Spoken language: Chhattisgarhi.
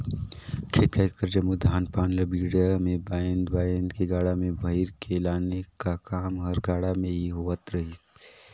खेत खाएर कर जम्मो धान पान ल बीड़ा मे बाएध बाएध के गाड़ा मे भइर के लाने का काम हर गाड़ा मे ही होवत रहिस